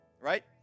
right